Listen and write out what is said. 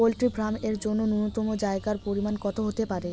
Poultry farm এর জন্য নূন্যতম জায়গার পরিমাপ কত হতে পারে?